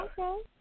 Okay